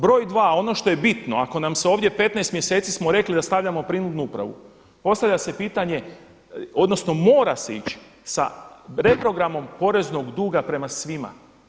Broj dva, ono što je bitno ako nam se ovdje 15 mjeseci smo rekli da stavljamo prinudnu upravu, postavlja se pitanje odnosno mora se ići sa reprogramom poreznog duga prema svima.